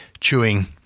chewing